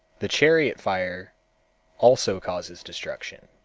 the chariot fire also causes destruction.